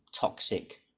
toxic